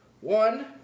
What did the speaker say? One